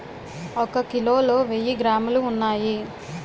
ఒక కిలోలో వెయ్యి గ్రాములు ఉన్నాయి